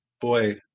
Boy